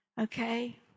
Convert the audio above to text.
Okay